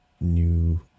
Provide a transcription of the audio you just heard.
new